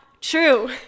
true